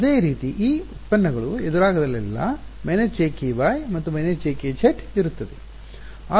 ಅದೇ ರೀತಿ ಈ ಉತ್ಪನ್ನಗಳು ಎದುರಾದಾಗಲೆಲ್ಲಾ jky ಮತ್ತು jkz ಇರುತ್ತದೆ